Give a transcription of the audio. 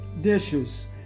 dishes